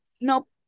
Nope